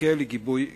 שתזכה לגיבוי גדול.